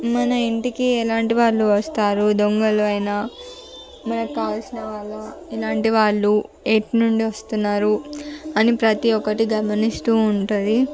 మన ఇంటికి ఎలాంటి వాళ్ళు వస్తారు దొంగలు అయిన మనకు కావాల్సిన వాళ్ళు ఇలాంటి వాళ్ళు ఎటు నుండి వస్తున్నారు అని ప్రతి ఒకటి గమనిస్తు ఉంటుంది